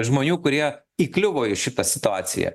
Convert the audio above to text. žmonių kurie įkliuvo į šitą situaciją